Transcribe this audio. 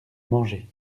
manger